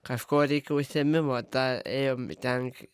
kažko reikia užsiėmimo tą ėjom į ten